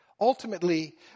Ultimately